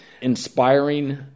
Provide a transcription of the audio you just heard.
Inspiring